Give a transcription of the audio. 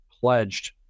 pledged